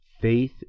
Faith